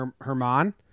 Herman